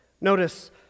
Notice